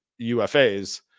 UFAs